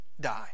die